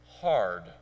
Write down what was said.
hard